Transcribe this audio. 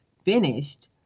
Finished